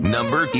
Number